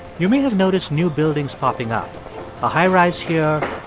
you may have noticed new buildings popping up a high-rise here,